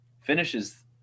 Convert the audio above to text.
finishes